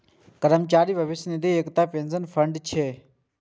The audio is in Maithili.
कर्मचारी भविष्य निधि एकटा पेंशन फंड छियै